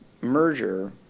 merger